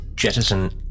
Jettison